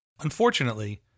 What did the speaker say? Unfortunately